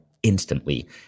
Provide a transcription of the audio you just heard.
Instantly